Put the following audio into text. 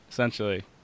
Essentially